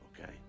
Okay